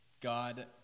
god